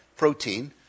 Protein